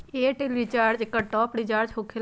Airtel recharge एकर top off recharge होकेला?